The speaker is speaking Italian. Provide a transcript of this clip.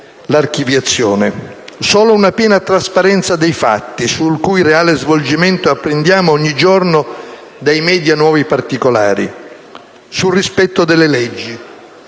l'archiviazione; solo una piena trasparenza dei fatti sul cui reale svolgimento apprendiamo ogni giorno dai *media* nuovi particolari, sul rispetto delle leggi,